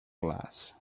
glass